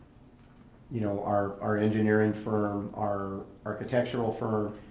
you know our our engineering firm, our architectural firm,